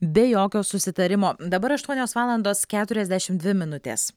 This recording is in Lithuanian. be jokio susitarimo dabar aštuonios valandos keturiasdešim dvi minutės